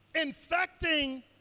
infecting